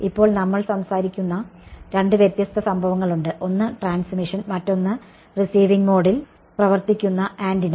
ഇപ്പോൾ നമ്മൾ സംസാരിക്കുന്ന രണ്ട് വ്യത്യസ്ത സംഭവങ്ങളുണ്ട് ഒന്ന് ട്രാൻസ്മിഷൻ മറ്റൊന്ന് റിസിവിങ് മോഡിൽ പ്രവർത്തിക്കുന്ന ആന്റിന